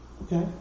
Okay